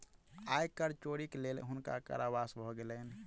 आय कर चोरीक लेल हुनका कारावास भ गेलैन